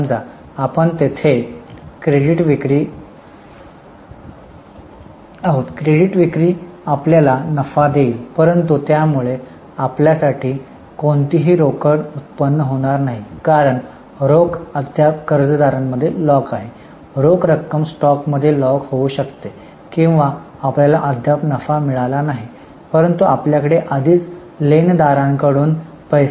समजा आपण तेथे क्रेडिट विक्री आहेत क्रेडिट विक्री आपल्याला नफा देईल परंतु यामुळे आपल्यासाठी कोणतीही रोकड उत्पन्न होणार नाही कारण रोख अद्याप कर्जदारांमध्ये लॉक आहे रोख रक्कम स्टॉकमध्ये लॉक होऊ शकते किंवा आपल्याला अद्याप नफा मिळाला नाही परंतु आपल्याकडे आधीच लेनदारांकडून पैसे आहेत